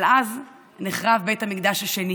אבל אז נחרב בית המקדש השני